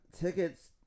tickets